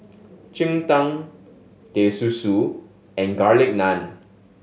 cheng tng Teh Susu and Garlic Naan